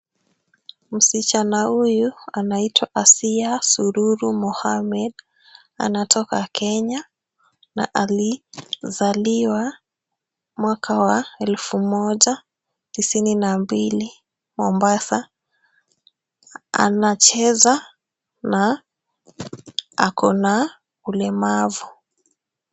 Msichana huyu anaitwa Asia Sururu Mohammed. Anatoka Kenya na alizaliwa mwaka wa elfu moja tisini na mbili Mombasa. Anacheza na ako na ulemavu.